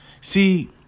See